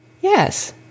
Yes